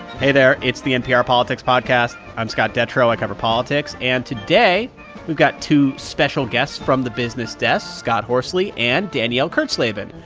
hey there. it's the npr politics podcast. i'm scott detrow. i cover politics. and today we've got two special guests from the business desk scott horsley and danielle kurtzleben.